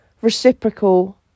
Reciprocal